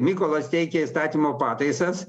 mykolas teikė įstatymo pataisas